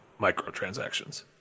microtransactions